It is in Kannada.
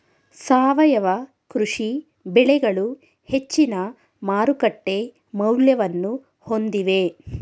ಸಾವಯವ ಕೃಷಿ ಬೆಳೆಗಳು ಹೆಚ್ಚಿನ ಮಾರುಕಟ್ಟೆ ಮೌಲ್ಯವನ್ನು ಹೊಂದಿವೆ